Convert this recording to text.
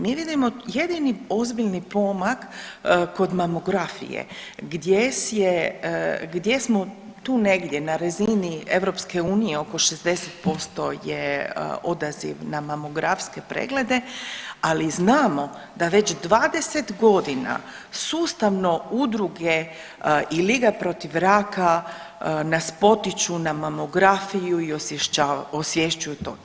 Mi vidimo jedini ozbiljni pomak kod mamografije gdje smo tu negdje na razini EU oko 60% je odaziv na mamografske preglede, ali znamo da već 20 godina sustavno udruge i Liga protiv raka nas potiču na mamografiju i osvješćuju to.